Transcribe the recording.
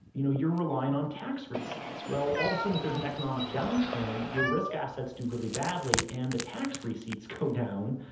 you know you're relying on tax receipts. well, all of a sudden if there's an economic downturn, your risk assets do really badly and the tax receipts go down.